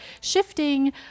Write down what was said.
shifting